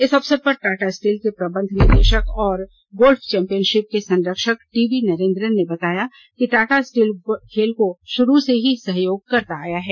इस अवसर पर टाटा स्टील के प्रबंध निदेशक और गोल्फ चौंपियनशिप के संरक्षक टी वी नरेंद्रन ने बताया कि टाटा स्टील खेल को शुरू से ही सहयोग करता आया है